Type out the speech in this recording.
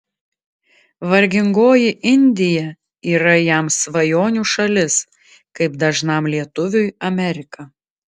vargingoji indija yra jam svajonių šalis kaip dažnam lietuviui amerika